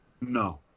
No